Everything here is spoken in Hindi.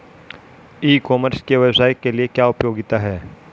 ई कॉमर्स के व्यवसाय के लिए क्या उपयोगिता है?